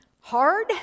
hard